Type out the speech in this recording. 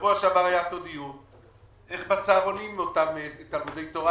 בשבוע שעבר התקיים פה דיון על הצהרונים של אותם תלמודי תורה,